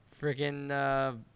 freaking